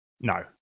No